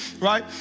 right